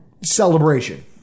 celebration